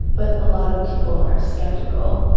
but a lot of people are skeptical.